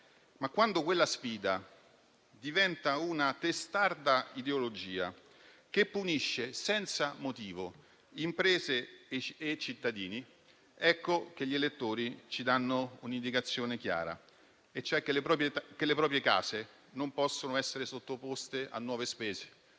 Ma quando quella sfida diventa una testarda ideologia che punisce senza motivo imprese e cittadini, ecco che gli elettori ci danno un'indicazione chiara, e cioè che le proprie case non possono essere sottoposte a nuove spese;